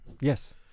Yes